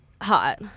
hot